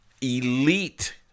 elite